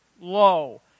low